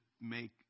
make